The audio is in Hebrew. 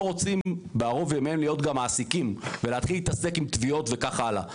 רוצים בערוב ימיהם להיות גם מעסיקים ולהתחיל להתעסק עם תביעות וכך הלאה.